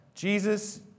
Jesus